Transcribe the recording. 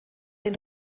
den